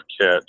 catch